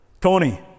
Tony